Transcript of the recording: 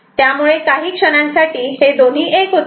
त्यामुळे काही क्षणांसाठी हे दोन्ही '1' होतात